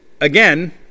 again